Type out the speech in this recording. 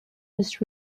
was